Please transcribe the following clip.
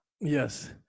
yes